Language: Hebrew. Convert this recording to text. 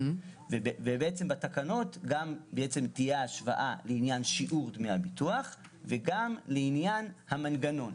ובתקנות תהיה ההשוואה לעניין שיעור דמי הביטוח וגם לעניין המנגנון.